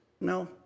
No